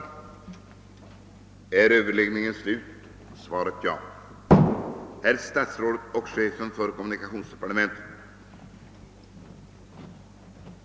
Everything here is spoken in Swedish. erhålla tjänstledighet för fullgörande av allmänna förtroendeuppdrag